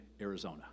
Arizona